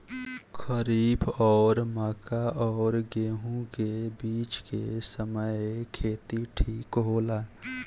खरीफ और मक्का और गेंहू के बीच के समय खेती ठीक होला?